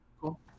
Cool